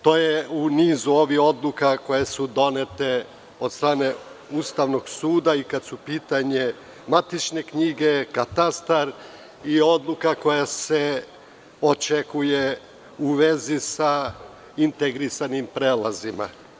To je u nizu ovih odluka koje su donete od strane Ustavnog suda, kao i kada su upitanju matične knjige, katastar i odluka koja se očekuje u vezi sa integrisanim prelazima.